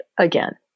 again